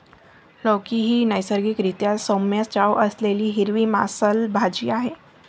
लौकी ही नैसर्गिक रीत्या सौम्य चव असलेली हिरवी मांसल भाजी आहे